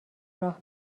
راه